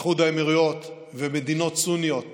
איחוד האמירויות ומדינות סוניות